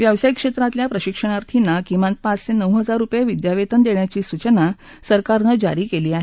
व्यवसायिक क्षेत्रातल्या प्रशिक्षणार्थींना किमान पाच ते नऊ हजार रुपये विद्यावेतन देण्याची सूचना सरकारनं जारी केली आहे